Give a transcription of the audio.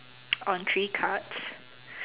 on three cards